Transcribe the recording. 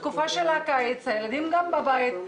התקופה של הקיץ, הילדים גם בבית.